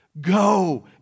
go